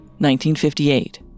1958